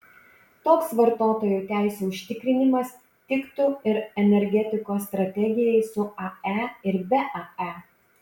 toks vartotojų teisių užtikrinimas tiktų ir energetikos strategijai su ae ir be ae